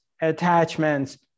attachments